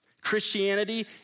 Christianity